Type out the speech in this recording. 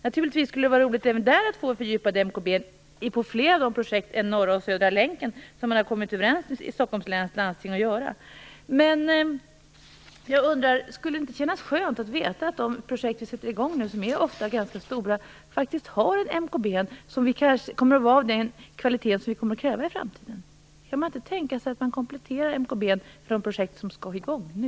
Naturligtvis skulle det vara roligt att även där få fördjupad MKB för fler av projekten än Norra och Södra länken, som man har kommit överens om i Stockholms läns landsting att göra. Men jag undrar: Skulle det inte kännas skönt att veta att de projekt som vi sätter i gång nu, som ofta är ganska stora, faktiskt har en MKB som kommer att vara av den kvalitet som vi kommer att kräva i framtiden? Kan man inte tänka sig att man kompletterar MKB:n för de projekt som skall i gång nu?